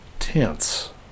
tense